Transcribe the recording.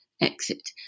exit